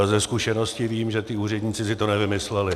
Ze zkušenosti vím, že ti úředníci si to nevymysleli.